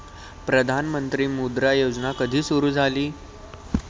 प्रधानमंत्री मुद्रा योजना कधी सुरू झाली?